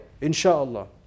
inshaAllah